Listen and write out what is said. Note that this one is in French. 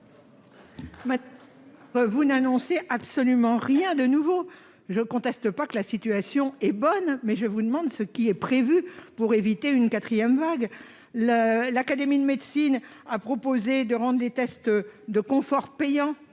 vous n'annoncez absolument rien de nouveau ! Je ne conteste pas que la situation soit bonne, mais je vous demande ce qui est prévu pour éviter une quatrième vague. L'Académie de médecine a proposé de rendre les tests de confort payants